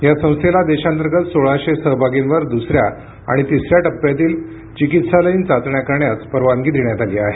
या संस्थेला देशांतर्गत सोळाशे सहभागींवर दुसऱ्या आणि तिसऱ्या टप्प्यातील चिकित्सालयीन चाचण्या करण्यास परवानगी देण्यात आली आहे